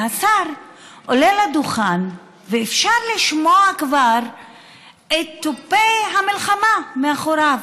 והשר עולה לדוכן וכבר אפשר לשמוע את תופי המלחמה מאחוריו.